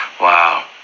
Wow